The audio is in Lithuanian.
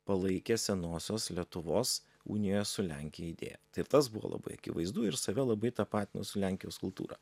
palaikė senosios lietuvos unijos su lenkija idėją tai tas buvo labai akivaizdu ir save labai tapatino su lenkijos kultūra